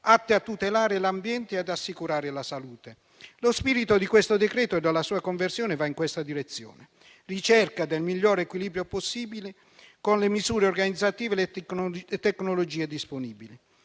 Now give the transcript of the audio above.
atte a tutelare l'ambiente e ad assicurare la salute. Lo spirito di questo decreto-legge e dalla sua conversione vanno in questa direzione: ricerca del migliore equilibrio possibile con le misure organizzative e le tecnologie disponibili.